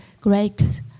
great